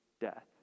death